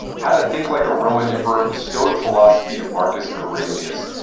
how to think like a roman emperor the stoic philosophy of marcus aurelius.